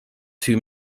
two